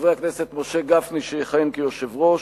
חברי הכנסת משה גפני, שיכהן כיושב-ראש,